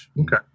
Okay